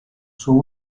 suo